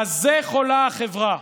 בזה חולה החברה.